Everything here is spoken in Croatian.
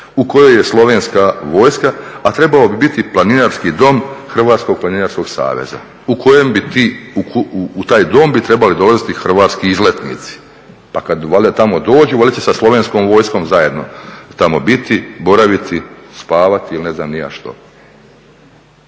u kojoj je slovenska vojska, a trebao bi biti planinarski dom Hrvatskog planinarskog saveza u kojem bi ti, u taj dom bi trebali dolaziti hrvatski izletnici, pa kad valjda tamo dođu, valjda će sa slovenskom vojskom zajedno tamo biti, boraviti, spavati ili ne znam ni ja što.